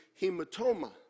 hematoma